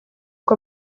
ngo